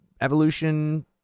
evolution